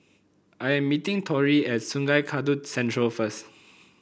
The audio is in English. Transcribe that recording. I am meeting Torey at Sungei Kadut Central first